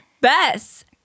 Bess